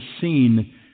seen